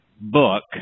book